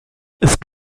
ist